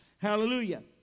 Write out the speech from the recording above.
Hallelujah